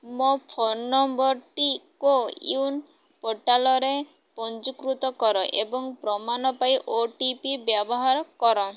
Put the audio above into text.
ମୋ ଫୋନ୍ ନମ୍ବର୍ଟି କୋୱିନ୍ ପୋର୍ଟାଲ୍ରେ ପଞ୍ଜୀକୃତ କର ଏବଂ ପ୍ରମାଣ ପାଇଁ ଓ ଟି ପି ବ୍ୟବହାର କର